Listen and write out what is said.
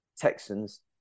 Texans